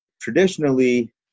traditionally